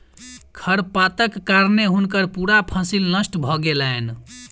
खरपातक कारणें हुनकर पूरा फसिल नष्ट भ गेलैन